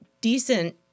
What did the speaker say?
decent